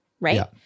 Right